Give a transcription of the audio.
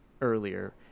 earlier